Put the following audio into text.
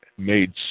Made